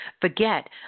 forget